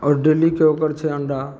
आओर डेलीके ओकर छै अण्डा